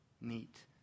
meet